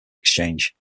exchange